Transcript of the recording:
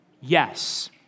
Yes